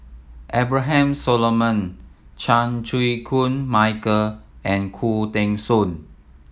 Abraham Solomon Chan Chew Koon Michael and Khoo Teng Soon